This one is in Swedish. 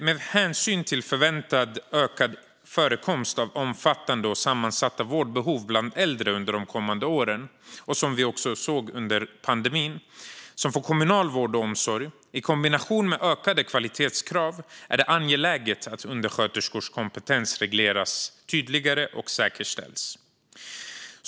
Med hänsyn till förväntad ökad förekomst under de kommande åren av omfattande och sammansatta vårdbehov bland äldre - vilket vi också såg under pandemin - som får kommunal vård och omsorg i kombination med ökade kvalitetskrav är det angeläget att undersköterskors kompetens regleras tydligare och säkerställs.